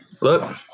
Look